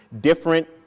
different